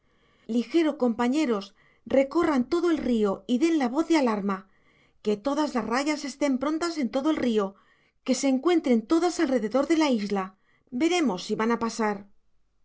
ligero compañeros recorran todo el río y den la voz de alarma que todas las rayas estén prontas en todo el río que se encuentren todas alrededor de la isla veremos si van a pasar